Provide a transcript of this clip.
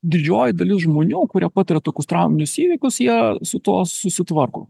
didžioji dalis žmonių kurie patiria tokius trauminius įvykius jie su tuo susitvarko